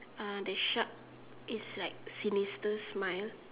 uh the shark is like sinister smile